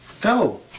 Go